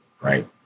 right